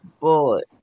Bullet